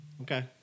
Okay